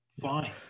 Fine